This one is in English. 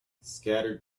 scattered